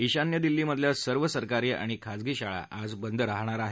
ईशान्य दिल्लीमधल्या सर्व सरकारी आणि खाजगी शाळा आज बंद राहणार आहेत